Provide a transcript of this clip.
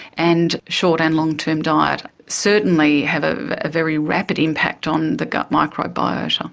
and short and long term diet certainly have a very rapid impact on the gut microbiota.